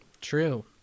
True